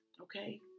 Okay